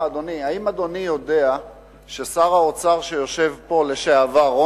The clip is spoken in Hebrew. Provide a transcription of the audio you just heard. האם אדוני יודע ששר האוצר לשעבר שיושב פה,